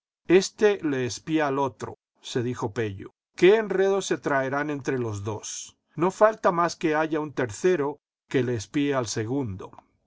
este le espía al otro se dijo pello qué enredos se traerán entre los dos no falta más que haya un tercero que le espíe al segundo